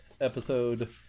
episode